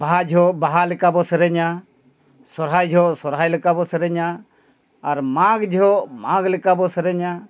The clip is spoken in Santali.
ᱵᱟᱦᱟ ᱡᱚᱦᱚᱜ ᱵᱟᱦᱟ ᱞᱮᱠᱟ ᱵᱚ ᱥᱮᱨᱮᱧᱟ ᱥᱚᱨᱦᱟᱭ ᱡᱚᱦᱚᱜ ᱥᱚᱦᱨᱟᱭ ᱞᱮᱠᱟ ᱵᱚ ᱥᱮᱨᱮᱧᱟ ᱟᱨ ᱢᱟᱜᱽ ᱡᱚᱦᱚᱜ ᱢᱟᱜᱽ ᱞᱮᱠᱟ ᱵᱚ ᱥᱮᱨᱮᱧᱟ